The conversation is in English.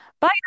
Bye